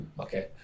Okay